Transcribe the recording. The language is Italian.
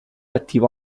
attivo